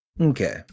Okay